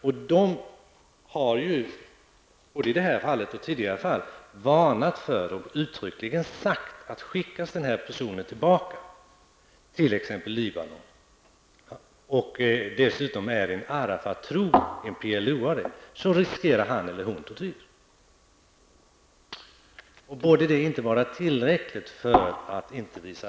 Både i detta fall, liksom i tidigare fall, har Amnesty uttryckligen varnat för ett återsändande till t.ex. Libanon gäller det en Arafattrogen, en PLO-are, riskerar vederbörande tortyr. Borde detta inte vara tillräckligt för att inte utvisa?